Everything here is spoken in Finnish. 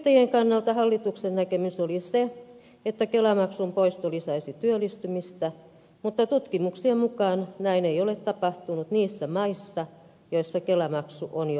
yrittäjien kannalta hallituksen näkemys oli se että kelamaksun poisto lisäisi työllistymistä mutta tutkimuksien mukaan näin ei ole tapahtunut niissä maissa joissa kelamaksu on jo poistettu